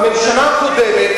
הממשלה הקודמת